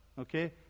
okay